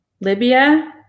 libya